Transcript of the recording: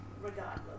regardless